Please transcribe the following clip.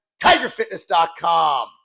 TigerFitness.com